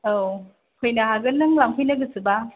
औ फैनो हागोन नों लांफैनो गोसोब्ला